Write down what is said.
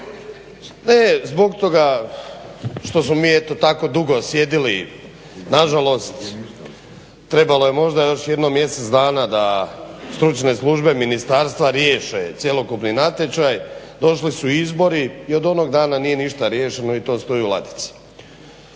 Ne zbog toga što smo mi eto tako dugo sjedili nažalost trebalo je možda još jedno mjesec dana da stručne službe ministarstva riješe cjelokupni natječaj, došli su izbori i od onog dana ništa nije riješeno i to stoji u ladici.